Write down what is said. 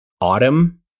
autumn